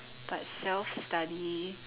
but self study